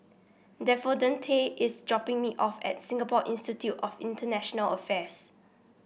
is dropping me off at Singapore Institute of International Affairs